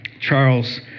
Charles